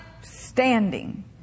standing